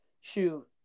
Shoot